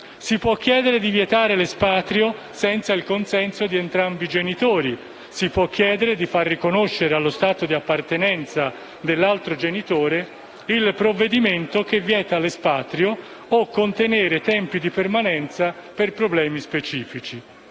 Si può chiedere di vietare l'espatrio senza il consenso di entrambi i genitori. Si può chiedere di far riconoscere allo Stato di appartenenza dell'altro genitore il provvedimento che vieta l'espatrio o contenere tempi di permanenza per problemi specifici.